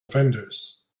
vendors